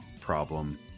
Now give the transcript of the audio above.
problem